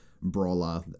brawler